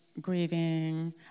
grieving